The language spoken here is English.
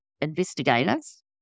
investigators